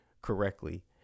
correctly